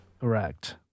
Correct